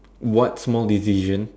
what small decision